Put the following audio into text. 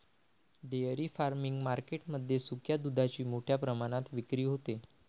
dairy farming market मध्ये सुक्या दुधाची मोठ्या प्रमाणात विक्री होते